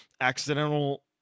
accidental –